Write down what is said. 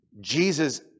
Jesus